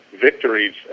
victories